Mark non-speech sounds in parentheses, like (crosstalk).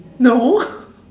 no (breath)